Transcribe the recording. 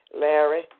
Larry